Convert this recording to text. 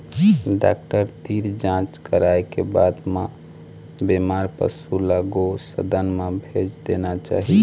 doctor तीर जांच कराए के बाद म बेमार पशु ल गो सदन म भेज देना चाही